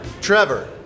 Trevor